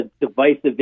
divisive